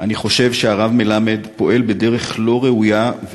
אני חושב שהרב מלמד פועל בדרך לא ראויה,